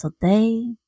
today